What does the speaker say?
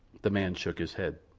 the man shook his head.